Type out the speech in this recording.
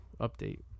update